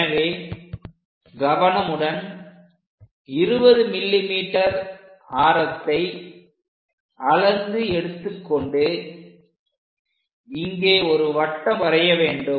எனவே கவனமுடன் 20 mm ஆரத்தை அளந்து எடுத்து கொண்டு இங்கே ஒரு வட்டம் வரைய வேண்டும்